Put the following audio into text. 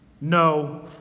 no